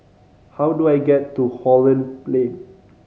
how do I get to Holland Plain